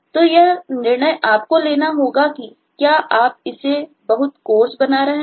तो यह निर्णय आपको लेना होगा कि क्या आप इसे बहुत कोर्स बना रहे हैं